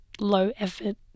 low-effort